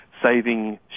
saving